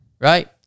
right